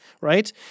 right